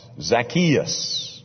Zacchaeus